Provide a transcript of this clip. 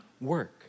work